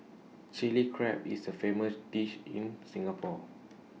Chilli Crab is A famous dish in Singapore